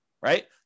right